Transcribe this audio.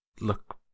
Look